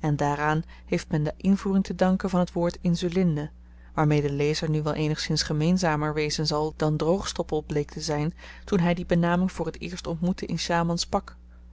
en daaraan heeft men de invoering te danken van t woord insulinde waarmee de lezer nu wel eenigszins gemeenzamer wezen zal dan droogstoppel bleek te zyn toen hy die benaming voor t eerst ontmoette in